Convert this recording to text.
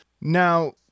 now